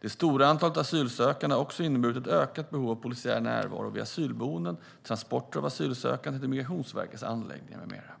Det stora antalet asylsökande har också inneburit ett ökat behov av polisiär närvaro vid asylboenden, transporter av asylsökande till Migrationsverkets anläggningar med mera.